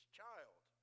child